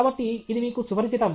కాబట్టి ఇది మీకు సుపరిచితం